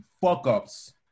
fuck-ups